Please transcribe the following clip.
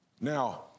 Now